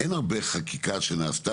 אין הרבה חקיקה שנעשתה,